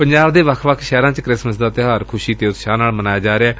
ਪੰਜਾਬ ਦੇ ਵੱਖ ਵੱਖ ਸ਼ਹਿਰਾਂ ਚ ਵੀ ਕ੍ਸਿਮਿਸ ਦਾ ਤਿਉਹਾਰ ਖੁਸ਼ੀ ਅਤੇ ਉਤਸ਼ਾਹ ਨਾਲ ਮਨਾਇਆ ਜਾ ਰਿਹੈ